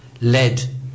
led